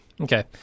okay